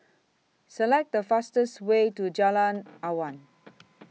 Select The fastest Way to Jalan Awan